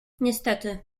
niestety